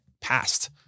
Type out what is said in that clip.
passed